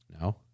No